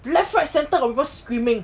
left right center got people screaming